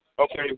Okay